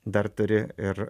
dar turi ir